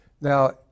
now